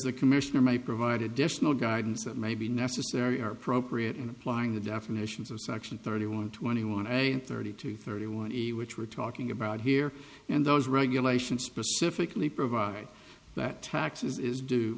the commissioner may provide additional guidance that may be necessary or appropriate in applying the definitions of section thirty one twenty one am thirty two thirty one which we're talking about here and those regulations specifically provide that tax is due